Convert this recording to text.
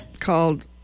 called